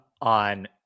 on